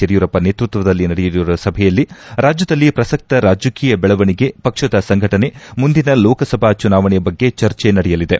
ಯಡಿಯೂರಪ್ಪ ನೇತೃತ್ವದಲ್ಲಿ ನಡೆಯಲಿರುವ ಸಭೆಯಲ್ಲಿ ರಾಜ್ಯದಲ್ಲಿ ಪ್ರಸಕ್ತ ರಾಜಕೀಯ ಬೆಳವಣಿಗೆ ಪಕ್ಷದ ಸಂಘಟನೆ ಮುಂದಿನ ಲೋಕಸಭಾ ಚುನಾವಣೆ ಬಗ್ಗೆ ಚರ್ಚೆ ನಡೆಯಲಿದೆ